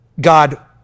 God